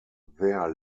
their